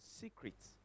secrets